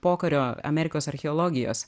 pokario amerikos archeologijos